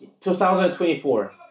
2024